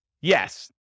Yes